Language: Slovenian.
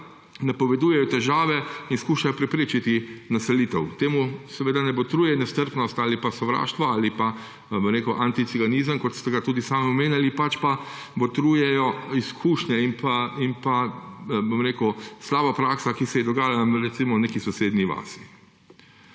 napovedujejo težave in skušajo preprečiti naselitev. Temu ne botruje nestrpnost ali pa sovraštvo ali pa anticiganizem, kot ste ga tudi sam omenjali, pač pa botrujejo izkušnje in slaba praksa, ki se je dogajala recimo v neki sosednji vasi.